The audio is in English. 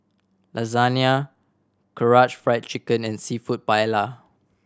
Lasagna Karaage Fried Chicken and Seafood Paella